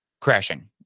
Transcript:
crashing